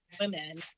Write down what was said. women